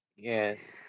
Yes